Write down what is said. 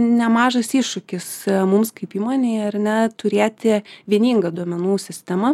nemažas iššūkis mums kaip įmonei ar ne turėti vieningą duomenų sistemą